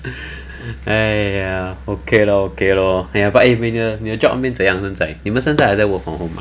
!aiya! okay lor okay lor !haiya! but eh 你的你的 job 那边怎样现在你们现在还在 work from home ah